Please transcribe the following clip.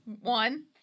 one